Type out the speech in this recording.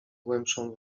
głębszą